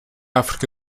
áfrica